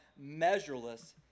measureless